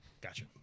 Gotcha